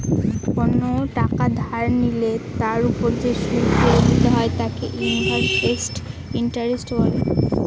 কোন টাকা ধার নিলে তার ওপর যে সুদ ফেরত দিতে হয় তাকে ইন্টারেস্ট বলে